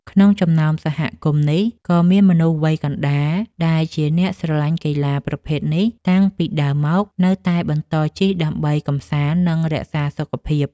ក្នុងចំណោមសហគមន៍នេះ ក៏មានមនុស្សវ័យកណ្ដាលដែលជាអ្នកស្រឡាញ់កីឡាប្រភេទនេះតាំងពីដើមមក នៅតែបន្តជិះដើម្បីកម្សាន្ត និងរក្សាសុខភាព។